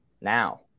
now